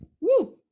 Woo